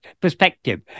perspective